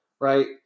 right